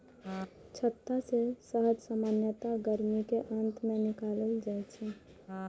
छत्ता सं शहद सामान्यतः गर्मीक अंत मे निकालल जाइ छै